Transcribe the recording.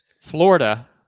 Florida